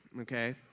okay